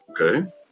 Okay